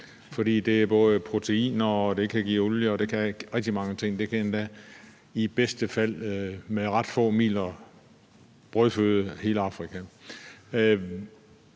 det har både proteiner og kan give olie, og det kan rigtig mange ting. Det kan endda i bedste fald med ret få midler brødføde hele Afrika.